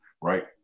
Right